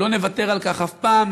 לא נוותר על כך אף פעם,